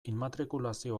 immatrikulazio